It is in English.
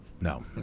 No